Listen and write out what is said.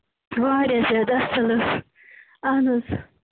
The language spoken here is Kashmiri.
واریاہ زیادٕ اَصٕل حظ اَہن حظ